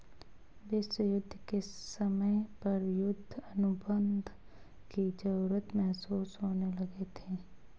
विश्व युद्ध के समय पर युद्ध अनुबंध की जरूरत महसूस होने लगी थी